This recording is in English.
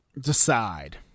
decide